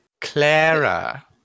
Clara